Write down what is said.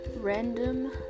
random